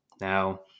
Now